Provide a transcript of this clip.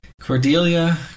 Cordelia